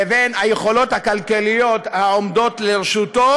לבין היכולות הכלכליות העומדות לרשותו,